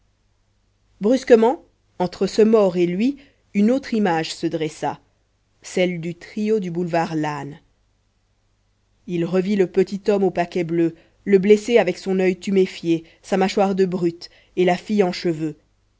brusquement entre ce mort et lui une autre image se dressa celle du trio du boulevard lannes il revit le petit homme au paquet bleu le blessé avec son oeil tuméfié sa mâchoire de brute et la fille en cheveux